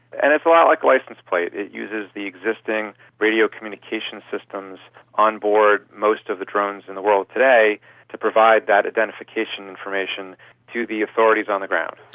and it's a lot like a license plate. it uses the existing radio communication systems on board most of the drones in the world today to provide that identification information to the authorities on the ground.